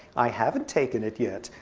i haven't taken it yet.